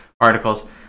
articles